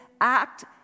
act